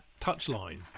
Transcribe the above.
touchline